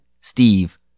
Steve